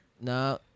No